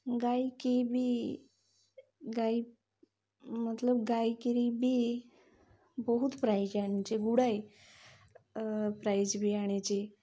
ଗାଇକରି ବି ଗାଇ ମତଲବ ଗାଇକରି ବି ବହୁତ ପ୍ରାଇଜ୍ ଆଣିଛି ଗୁଡ଼ାଏ ପ୍ରାଇଜ୍ ବି ଆଣିଛି